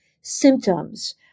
symptoms